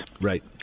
Right